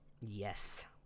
Yes